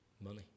money